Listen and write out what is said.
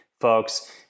folks